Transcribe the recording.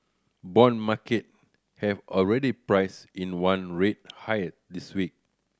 bond market have already priced in one rate higher this week